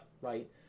right